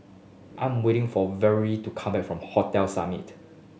I'm waiting for Valorie to come back from Hotel Summit